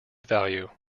value